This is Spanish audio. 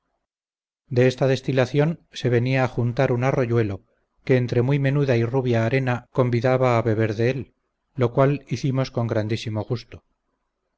de esta destilación se venía a juntar un arroyuelo que entre muy menuda y rubia arena convidaba a beber de él lo cual hicimos con grandísimo gusto